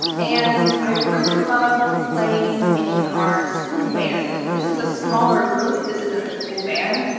and i really loved playing in our school band. this is a smaller group, this isn't the full band,